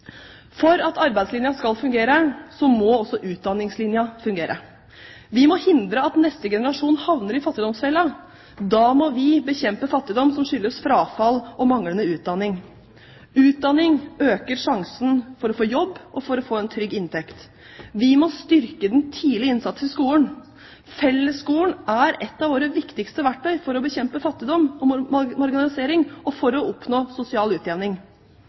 For at arbeidslinja skal fungere, må også utdanningslinja fungere. Vi må hindre at neste generasjon havner i fattigdomsfella. Da må vi bekjempe fattigdom som skyldes frafall og manglende utdanning. Utdanning øker sjansen for å få jobb og for å få en trygg inntekt. Vi må styrke den tidlige innsatsen i skolen. Fellesskolen er et av våre viktigste verktøy for å bekjempe fattigdom og marginalisering og for å oppnå sosial utjevning.